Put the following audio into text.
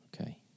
Okay